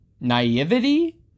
naivety